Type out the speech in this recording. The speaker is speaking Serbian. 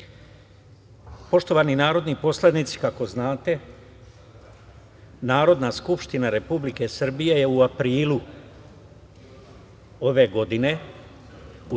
ruke. Poštovani narodni poslanici, kako znate, Narodna skupština Republike Srbije je u aprilu ove godine